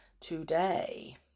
today